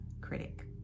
critic